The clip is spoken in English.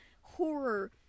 horror